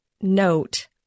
note